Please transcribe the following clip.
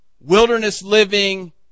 wilderness-living